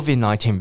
COVID-19